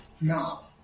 now